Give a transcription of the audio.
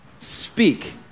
speak